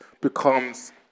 becomes